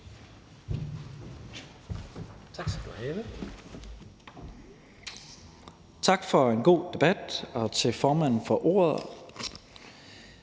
Tak for en god debat og til formanden for ordet.